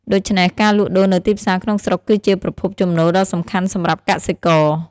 ដូច្នេះ ការលក់ដូរនៅទីផ្សារក្នុងស្រុកគឺជាប្រភពចំណូលដ៏សំខាន់សម្រាប់កសិករ។